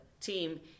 team